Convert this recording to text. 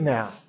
now